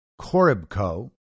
Koribko